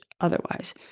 otherwise